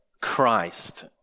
Christ